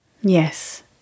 Yes